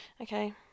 okay